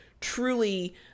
truly